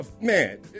man